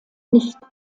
nicht